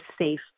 safe